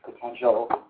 potential